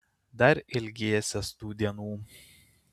dar ilgėsies tų dienų